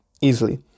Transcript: easily